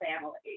family